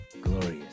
glorious